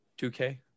2K